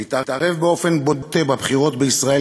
להתערב באופן בוטה בבחירות בישראל,